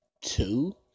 two